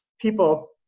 people